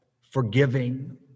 forgiving